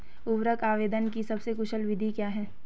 उर्वरक आवेदन की सबसे कुशल विधि क्या है?